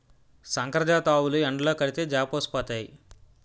సంకరజాతి ఆవులు ఎండలో కడితే జాపోసిపోతాయి